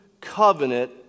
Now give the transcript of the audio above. covenant